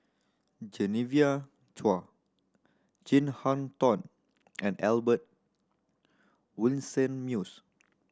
Genevieve Chua Chin Harn Tong and Albert Winsemius